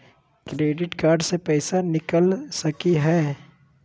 Credit card से पैसा निकल सकी हय?